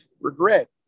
regret